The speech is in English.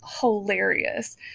hilarious